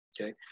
okay